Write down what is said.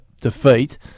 defeat